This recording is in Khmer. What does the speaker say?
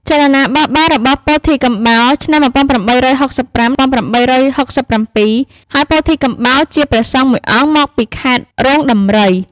ចលនាបះបោររបស់ពោធិកំបោរ (ឆ្នាំ ១៨៦៥-១៨៦៧) ហើយ ពោធិកំបោរជាព្រះសង្ឃមួយអង្គមកពីខេត្តរោងដំរី។